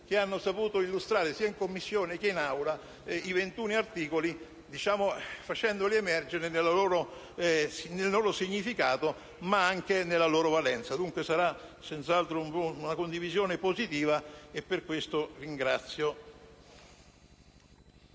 che hanno saputo illustrare sia in Commissione che in Assemblea i 21 articoli, facendoli emergere nel loro significato ma anche nella loro valenza. Sarà, dunque, sicuramente una condivisione positiva e per questo li ringrazio.